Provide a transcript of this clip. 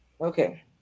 okay